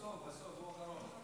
בסוף, בסוף, הוא אחרון.